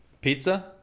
Pizza